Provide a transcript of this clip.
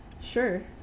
Sure